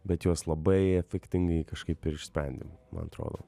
bet juos labai efektingai kažkaip ir išsprendėm man atrodo